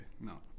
No